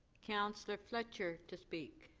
counselor fletcher to speak.